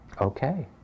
okay